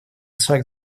шаг